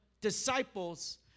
disciples